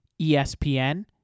ESPN